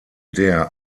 der